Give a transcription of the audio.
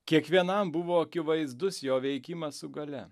kiekvienam buvo akivaizdus jo veikimas su galia